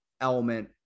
element